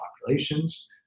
populations